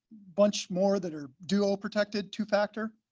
bunch more that are dual protected, two factor,